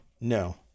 No